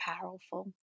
powerful